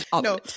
No